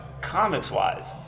comics-wise